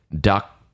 duck